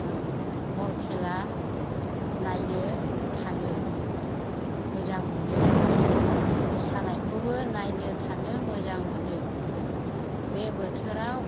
औ बल खेला नायनो थाङो मोजां मोनो मोसानायखौबो नायनो थाङो मोजां मोनो बे बोथोराव